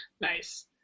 nice